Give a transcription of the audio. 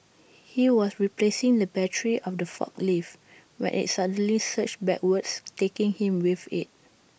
he was replacing the battery of the forklift when IT suddenly surged backwards taking him with IT